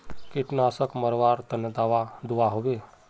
कीटनाशक मरवार तने दाबा दुआहोबे?